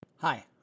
Hi